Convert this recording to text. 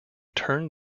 turned